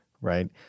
right